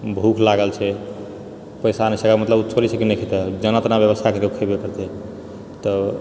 भूख लागल छै पैसा नहि छै तऽ ई थोड़े छै कि नहि खेतै जेना तेना व्यवस्था करिकऽ खेबे करतै तऽ